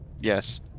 Yes